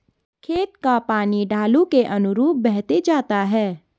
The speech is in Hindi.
खेत का पानी ढालू के अनुरूप बहते जाता है